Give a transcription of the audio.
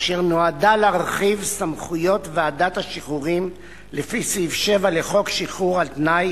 אשר נועדה להרחיב סמכויות ועדת השחרורים לפי סעיף 7 לחוק שחרור על-תנאי